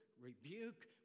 rebuke